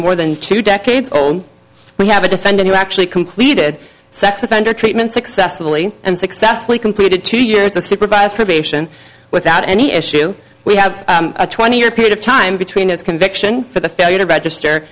more than two decades old we have a defendant who actually completed sex offender treatment successfully and successfully completed two years of supervised probation without any issue we have a twenty year period of time between his conviction for the failure to register